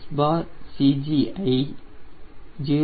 XCG ஐ 0